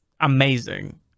amazing